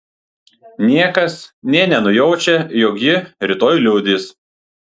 niekas nė nenujaučia jog ji rytoj liudys